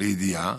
לידיעה,